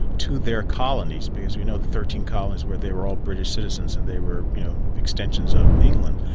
to their colonies, because you know the thirteen colonies where they were all british citizens and they were you know extensions of england,